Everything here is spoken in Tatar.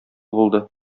булды